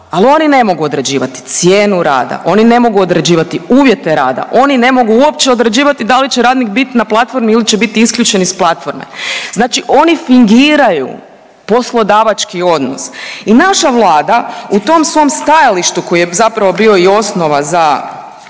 ali oni ne mogu određivati cijenu rada, oni ne mogu određivati uvjete rada, oni ne mogu uopće određivati da li radnik biti na platformi ili će biti isključen iz platforme. Znači oni fingiraju poslodavački odnos. I naša Vlada u tom svom stajalištu koji je zapravo bio i osnova za